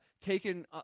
taken